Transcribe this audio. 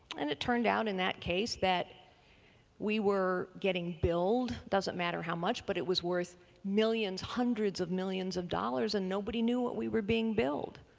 and it turned out, in that case, that we were getting billed, it doesn't matter how much, but it was worth millions, hundreds of millions of dollars and nobody knew what we were being billed.